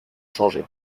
changés